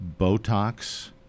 Botox